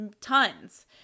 tons